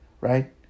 right